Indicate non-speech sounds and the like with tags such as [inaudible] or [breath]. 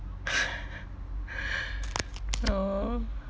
[laughs] [breath] oh